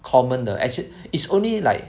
common 的 actually is only like